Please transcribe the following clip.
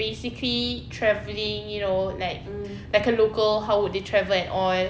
basically travelling you know like like a local how would they travel at all